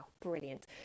Brilliant